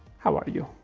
how are you?